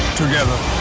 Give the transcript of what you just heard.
together